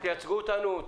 ותייצגו אותנו.